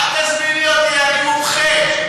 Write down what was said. אל תזמיני אותי, אני מומחה.